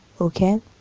okay